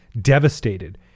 devastated